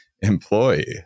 employee